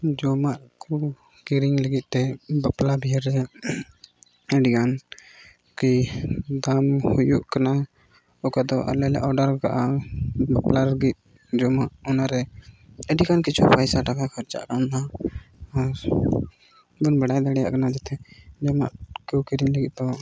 ᱡᱚᱢᱟᱜ ᱠᱚ ᱠᱤᱨᱤᱧ ᱞᱟᱹᱜᱤᱫ ᱛᱮ ᱵᱟᱯᱞᱟ ᱵᱤᱦᱟᱹ ᱨᱮ ᱟᱹᱰᱤᱜᱟᱱ ᱜᱮ ᱫᱟᱢ ᱦᱩᱭᱩᱜ ᱠᱟᱱᱟ ᱚᱠᱟ ᱫᱚ ᱟᱞᱮ ᱞᱮ ᱚᱰᱟᱨ ᱠᱟᱜᱼᱟ ᱵᱟᱯᱞᱟ ᱞᱟᱹᱜᱤᱫ ᱡᱚᱢᱟᱜ ᱚᱱᱟᱨᱮ ᱟᱹᱰᱤᱜᱟᱱ ᱠᱤᱪᱷᱩ ᱯᱚᱭᱥᱟ ᱴᱟᱠᱟ ᱠᱷᱚᱨᱪᱟᱜ ᱠᱟᱱᱟ ᱟᱨ ᱵᱚᱱ ᱵᱟᱲᱟᱭ ᱫᱟᱲᱮᱭᱟᱜ ᱠᱟᱱᱟ ᱢᱮᱱᱛᱮ ᱡᱚᱢᱟᱜ ᱠᱚ ᱠᱤᱨᱤᱧ ᱞᱟᱹᱜᱤᱫ ᱫᱚ